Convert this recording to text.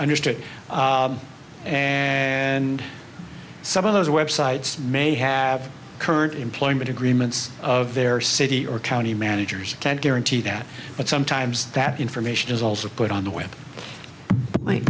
understood and some of those websites may have current employment agreements of their city or county managers can't guarantee that but sometimes that information is also put on the web